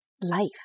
life